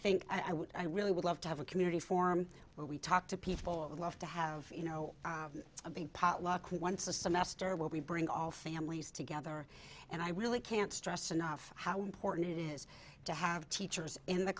think i would i really would love to have a community form where we talk to people of love to have you know being potluck once a semester where we bring all families together and i really can't stress enough how important it is to have teachers in the